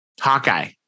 Hawkeye